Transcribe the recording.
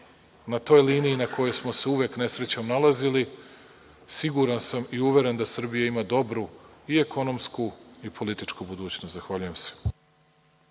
na toj liniji na kojoj smo se uvek nesrećom nalazili, siguran sam i uveren da Srbija ima dobru i ekonomsku i političku budućnost. Zahvaljujem